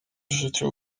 życiu